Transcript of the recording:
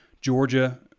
Georgia